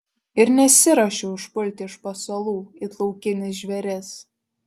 ir nesiruošiu užpulti iš pasalų it laukinis žvėris